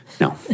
No